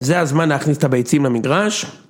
זה הזמן להכניס את הביצים למגרש